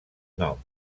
nom